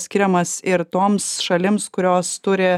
skiriamas ir toms šalims kurios turi